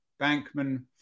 Bankman